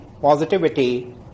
Positivity